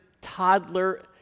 toddler